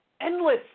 endless